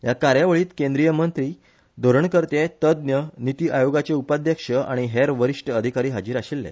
ह्या कार्यावळींत केंद्रीय मंत्री धोरणकर्ते तज्ञ निती आयोगाचे उपाध्यक्ष आनी हेर वरिष्ट अधिकारी हाजीर आशिल्ले